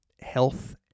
health